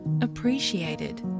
appreciated